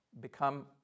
become